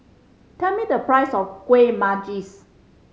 tell me the price of Kuih Manggis